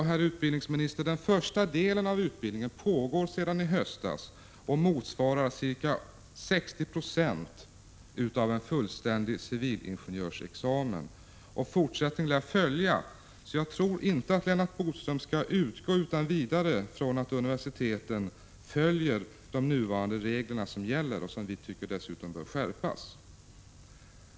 Herr utbildningsminister! Den första delen av utbildningen pågår sedan i höstas och motsvarar ca 60 20 av en fullständig civilingenjörsexamen. Fortsättning lär följa. Därför tror jag inte att Lennart Bodström utan vidare skall utgå ifrån att universiteten följer de nuvarande reglerna, som vi dessutom tycker bör skärpas.